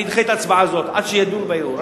אדחה את ההצבעה הזאת עד שידונו בערעור.